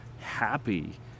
happy